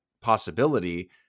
possibility